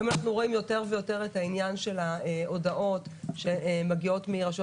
היום אנחנו רואים יותר ויותר את העניין של ההודעות שמגיעות מרשויות